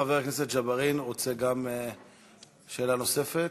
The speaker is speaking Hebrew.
חבר הכנסת ג'בארין רוצה שאלה נוספת.